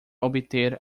obter